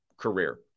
career